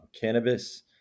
cannabis